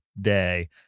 day